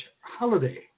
holiday